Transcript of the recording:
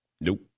Nope